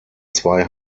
zwei